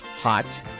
hot